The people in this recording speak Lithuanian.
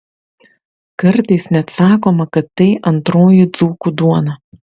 kartais net sakoma kad tai antroji dzūkų duona